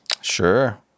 Sure